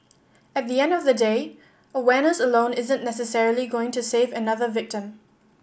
at the end of the day awareness alone isn't necessarily going to save another victim